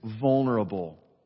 vulnerable